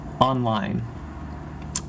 online